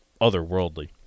otherworldly